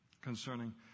concerning